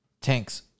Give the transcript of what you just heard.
Tanks